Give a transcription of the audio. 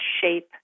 shape